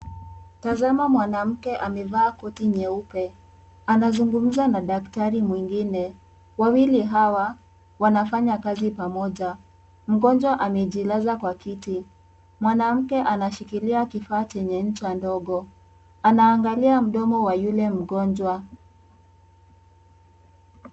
Tazama mwanamke amevaa koti nyeupe, anazungumza na daktari mwingine wawili hawa wanafanya kazi pamoja, mgonjwa amejilaza kwa kiti mwanamke anashikilia kifaa chenye ncha ndogo anaangalia mdomo wa yule mgonjwa.